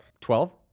Twelve